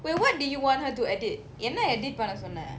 wait what did you want her to edit என்ன:enna edit பண்ண சொன்ன:panna sonna